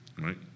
right